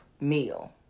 meal